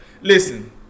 listen